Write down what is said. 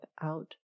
out